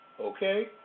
Okay